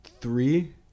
three